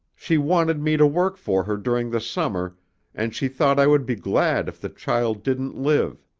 she wanted me to work for her during the summer and she thought i would be glad if the child didn't live.